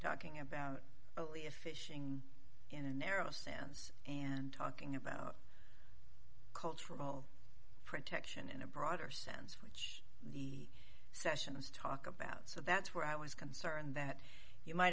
talking about fishing in a narrow sense and talking about cultural protection in a broader sense the sessions talk about so that's where i was concerned that you might